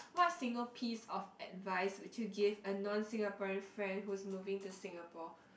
what single piece of advice would you give a non Singaporean friend who is moving to Singapore